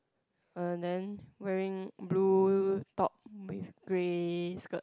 uh then wearing blue top with grey skirt